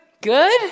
good